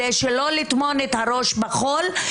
יש לו כמה בקשות בדקה אחת להפעיל את כוחות הביטחון באופן מתכלל ויעיל,